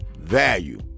value